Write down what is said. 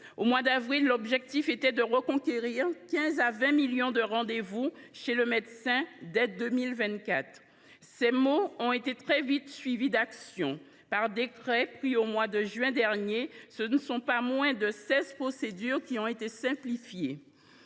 Au mois d’avril dernier, l’objectif était de « reconquérir 15 millions à 20 millions de rendez vous chez le médecin » dès 2024. Ces mots ont très vite été suivis d’actions : par décret pris au mois de juin dernier, ce ne sont pas moins de seize procédures qui ont été simplifiées.